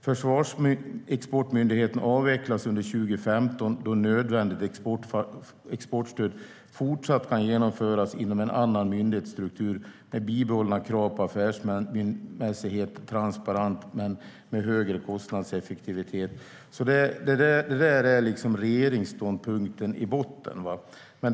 Försvarsexportmyndigheten avvecklas under 2015, då nödvändigt exportstöd fortsatt kan genomföras inom en annan myndighetsstruktur med bibehållna krav på affärsmässighet och transparens men med högre kostnadseffektivitet. Det är regeringsståndpunkten, som ligger i botten.